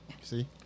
See